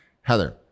Heather